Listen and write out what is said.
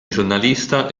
giornalista